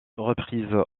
reprise